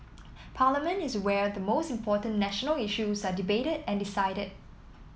parliament is where the most important national issues are debated and decided